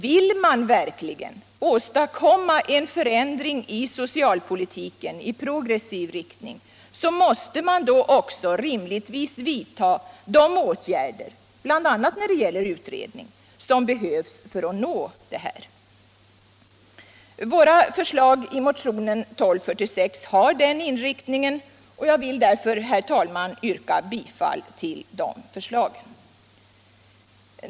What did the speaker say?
Vill man verkligen åstadkomma en förändring av soctalpolitiken i progressiv riktning; måste man också rimligtvis vidta de ålgärder som behövs, bl.a. när det gäller utredning. Våra förslag i motionen 1246 har den inriktningen, och jag vill därmed, herr talman, yrka bifall till dem.